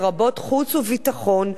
לרבות חוץ וביטחון,